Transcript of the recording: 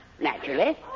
Naturally